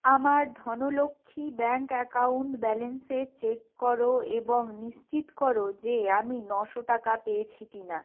আমার Dhanlaxmi bank account ব্যালেন্সে check করো এবং নিশ্চিত করো যে আমি নশো টাকা পেয়েছি কি না